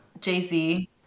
Jay-Z